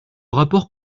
rapport